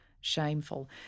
Shameful